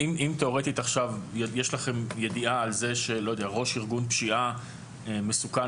אם תיאורטית עכשיו יש לכם ידיעה על כך שראש ארגון פשיעה מסוכן